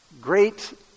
great